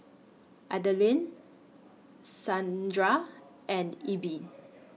Adaline Saundra and Ebbie